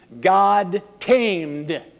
God-tamed